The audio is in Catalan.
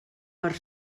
per